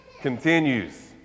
continues